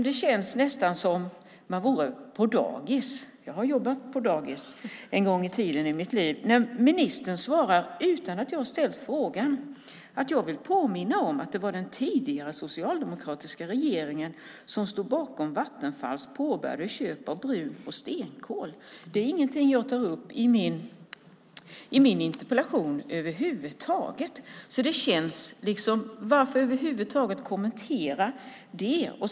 Det känns nästan som på dagis - jag har jobbat på dagis en gång i mitt liv - när ministern svarar utan att jag ställt frågan: "Jag vill börja med att påminna om att det var den tidigare socialdemokratiska regeringen som stod bakom Vattenfalls påbörjade köp av brun och stenkol." Det är inget jag tar upp i min interpellation. Varför vill man över huvud taget kommentera det?